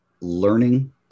learning